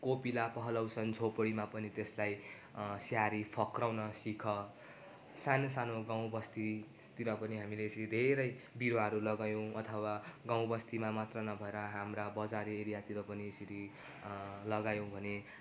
कोपिला पहलाउँछन् झोपडीमा पनि त्यसलाई स्याहारी फक्राउन सिक सानो सानो गाउँ बस्तीतिर पनि हामीले यसरी धेरै बिरुवाहरू लगायौं अथवा गउँ बस्तीमा मात्र नभएर हाम्रा बजार एरियातिर पनि यसरी लगायौँ भने